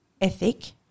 ethic